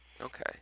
Okay